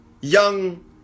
young